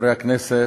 חברי הכנסת,